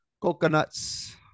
Coconuts